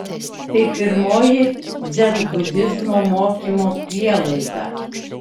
tai pirmoji dzenbudizmo mokymo prielaida